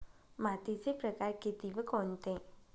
मातीचे प्रकार किती व कोणते?